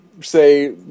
say